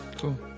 cool